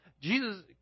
Jesus